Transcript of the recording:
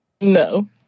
No